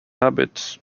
habit